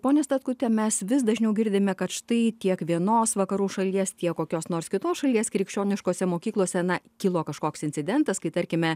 ponia statkute mes vis dažniau girdime kad štai tiek vienos vakarų šalies tiek kokios nors kitos šalies krikščioniškose mokyklose na kilo kažkoks incidentas kai tarkime